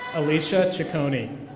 alicia ciccone.